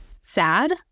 sad